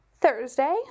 Thursday